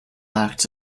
acts